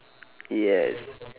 yes